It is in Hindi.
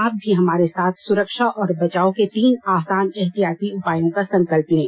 आप भी हमारे साथ सुरक्षा और बचाव के तीन आसान एहतियाती उपायों का संकल्प लें